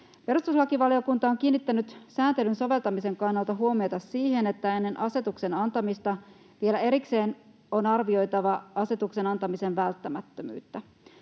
Perustuslakivaliokunta on kiinnittänyt sääntelyn soveltamisen kannalta huomiota siihen, että ennen asetuksen antamista vielä erikseen on arvioitava asetuksen antamisen välttämättömyyttä.